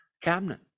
cabinet